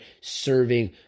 serving